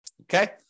Okay